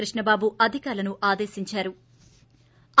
కృష్ణబాబు అధికారులను ఆదేశించారు